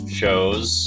shows